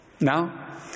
Now